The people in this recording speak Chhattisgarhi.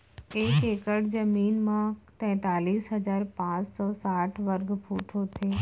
एक एकड़ जमीन मा तैतलीस हजार पाँच सौ साठ वर्ग फुट होथे